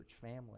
family